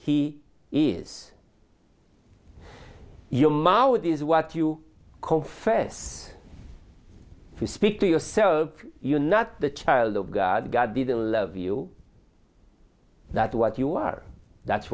he is your mouth is what you confess to speak to yourself you not the child of god god didn't love you that what you are that's